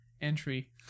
entry